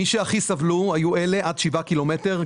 מי שהכי סבלו היו אלה עד שבעה קילומטר,